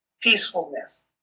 peacefulness